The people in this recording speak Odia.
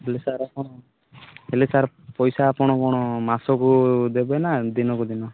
ହେଲେ ସାର୍ ଆପଣ ହେଲେ ସାର୍ ପଇସା ଆପଣ କ'ଣ ମାସକୁ ଦେବେ ନା ଦିନକୁ ଦିନ